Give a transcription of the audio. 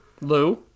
Lou